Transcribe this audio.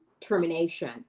termination